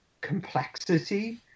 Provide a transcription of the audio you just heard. complexity